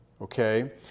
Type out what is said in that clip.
Okay